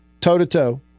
toe-to-toe